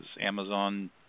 Amazon